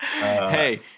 Hey